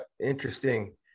interesting